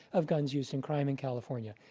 of guns used in crime in california.